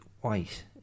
White